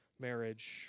marriage